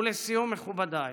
ולסיום, מכובדיי,